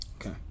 okay